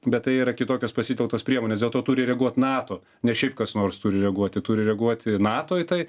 bet tai yra kitokios pasitelktos priemonės dėl to turi reaguot nato ne šiaip kas nors turi reaguoti turi reaguoti nato į tai